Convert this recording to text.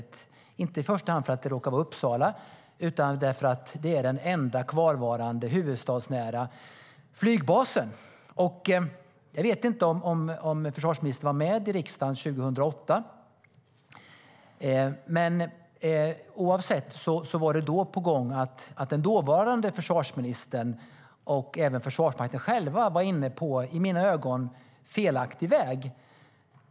Det har jag inte gjort i första hand för att det råkar vara Uppsala utan för att det är den enda kvarvarande huvudstadsnära flygbasen. Jag vet inte om försvarsministern var med i riksdagen 2008, men då var den dåvarande försvarsministern och även Försvarsmakten inne på en i mina ögon felaktig väg.